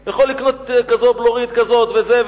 הוא יכול לקנות בלורית כזאת וזה,